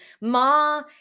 Ma